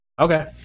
Okay